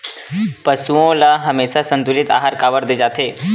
पशुओं ल हमेशा संतुलित आहार काबर दे जाथे?